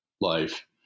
life